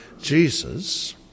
Jesus